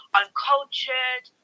uncultured